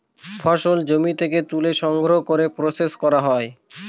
ফসল জমি থেকে তুলে সংগ্রহ করে প্রসেস করা হয়